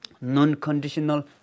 Non-conditional